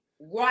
right